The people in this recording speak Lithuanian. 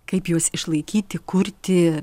kaip juos išlaikyti kurti